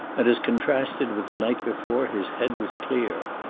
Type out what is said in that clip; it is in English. and as contrasted with the night before his head was clear.